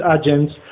agents